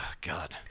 God